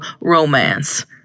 romance